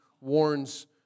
warns